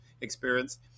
experience